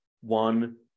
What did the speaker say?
one